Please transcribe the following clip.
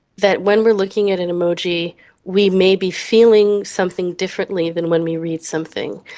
that when we are looking at an emoji we may be feeling something differently than when we read something,